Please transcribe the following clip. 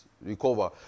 recover